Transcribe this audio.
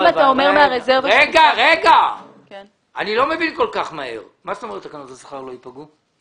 מה זאת אומרת תקנות השכר לא ייפגעו.